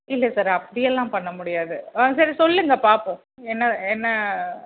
இல்லை சார் அப்படியெல்லாம் பண்ண முடியாது ஆ சரி சொல்லுங்கள் பார்ப்போம் என்ன என்ன